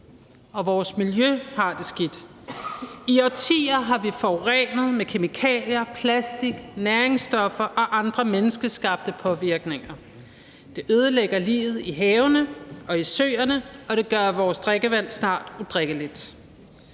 Vores miljø har det skidt. I årtier har vi forurenet med kemikalier, plastik, næringsstoffer og andre menneskeskabte påvirkninger. Det ødelægger livet i havene og i søerne, og det gør snart vores drikkevand udrikkeligt.